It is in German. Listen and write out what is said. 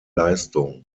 leistung